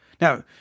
Now